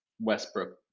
Westbrook